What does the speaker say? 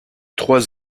trois